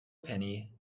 penny